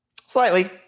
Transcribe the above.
Slightly